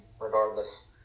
regardless